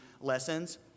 lessons